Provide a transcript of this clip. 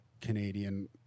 Canadian